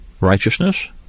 righteousness